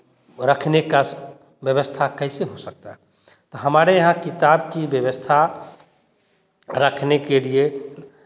रखने का स ब्यव्स्था कैसे हो सकता है त हमारे यहाँ किताब की व्यवस्था रखने के लिए